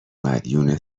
مدیون